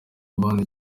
abandi